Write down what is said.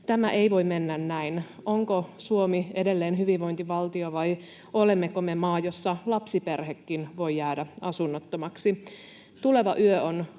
Tämä ei voi mennä näin. Onko Suomi edelleen hyvinvointivaltio, vai olemmeko me maa, jossa lapsiperhekin voi jäädä asunnottomaksi? Tuleva yö on Asunnottomien